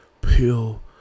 Pill